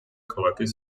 ქალაქის